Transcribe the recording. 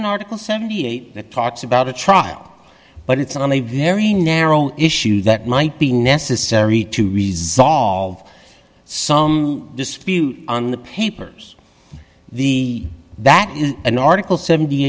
in article seventy eight dollars that talks about a trial but it's on a very narrow issue that might be necessary to resolve some dispute on the papers the that is an article seventy